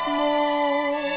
more